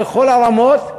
בכל הרמות,